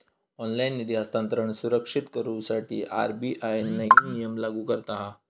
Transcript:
online निधी हस्तांतरण सुरक्षित करुसाठी आर.बी.आय नईन नियम लागू करता हा